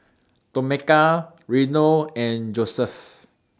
Tomeka Reno and Joeseph